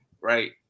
Right